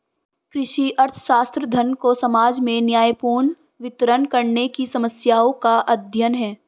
कृषि अर्थशास्त्र, धन को समाज में न्यायपूर्ण वितरण करने की समस्याओं का अध्ययन है